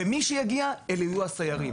ומי שיגיע אלה הסיירים.